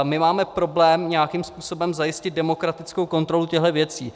My máme problém nějakým způsobem zajistit demokratickou kontrolu těchto věcí.